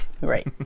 Right